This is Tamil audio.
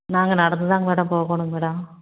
நாங்கள் நடந்து தான்ங்க மேடம் போகணும் மேடம்